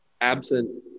absent